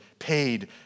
paid